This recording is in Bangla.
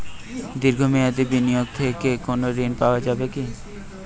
দীর্ঘ মেয়াদি বিনিয়োগ থেকে কোনো ঋন পাওয়া যাবে কী?